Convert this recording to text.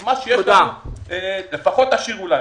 לפחות את מה שיש לנו, תשאירו לנו.